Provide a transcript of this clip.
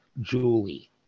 julie